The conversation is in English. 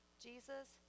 Jesus